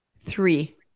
Three